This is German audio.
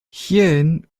hierin